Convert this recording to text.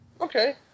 Okay